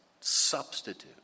substitute